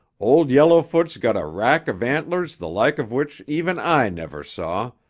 old yellowfoot's got a rack of antlers the like of which even i never saw,